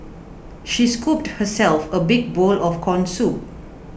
she scooped herself a big bowl of Corn Soup